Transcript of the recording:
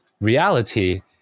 reality